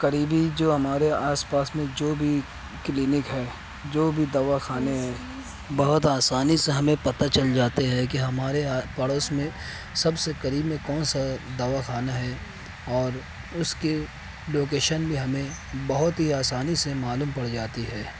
قریبی جو ہمارے آس پاس میں جو بھی کلینک ہے جو بھی دوا خانے ہیں بہت آسانی سے ہمیں پتہ چل جاتے ہے کہ ہمارے پڑوس میں سب سے قریب میں کون سا دوا خانہ ہے اور اس کے لوکیشن بھی ہمیں بہت ہی آسانی سے معلوم پڑ جاتی ہے